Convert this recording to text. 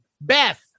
Beth